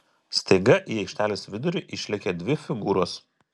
staiga į aikštelės vidurį išlėkė dvi figūros